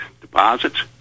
deposits